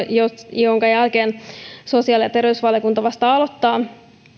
jonka jälkeen sosiaali ja terveysvaliokunta vasta aloittaa